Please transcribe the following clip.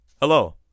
Hello